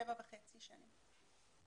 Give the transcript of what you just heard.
שבע וחצי שנים.